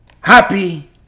happy